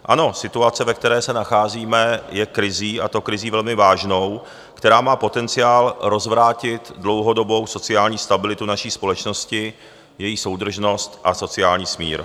Ano, situace, ve které se nacházíme, je krizí, a to krizí velmi vážnou, která má potenciál rozvrátit dlouhodobou sociální stabilitu naší společnosti, její soudržnost a sociální smír.